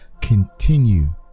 continue